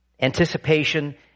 anticipation